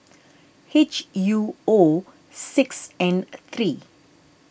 H U O six N three